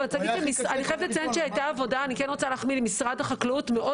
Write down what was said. ואני וכן רוצה להחמיא למשרד החקלאות כי